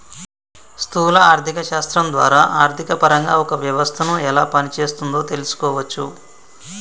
స్థూల ఆర్థిక శాస్త్రం ద్వారా ఆర్థికపరంగా ఒక వ్యవస్థను ఎలా పనిచేస్తోందో తెలుసుకోవచ్చు